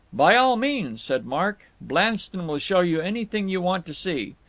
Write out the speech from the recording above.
by all means, said mark. blanston will show you anything you want to see.